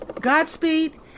Godspeed